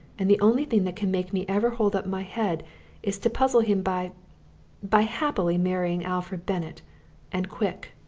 and the only thing that can make me ever hold up my head is to puzzle him by by happily marrying alfred bennett and quick.